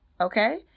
okay